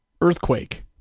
Earthquake